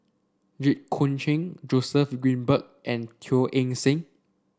Jit Koon Ch'ng Joseph Grimberg and Teo Eng Seng